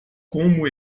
como